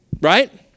right